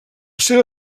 seva